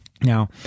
Now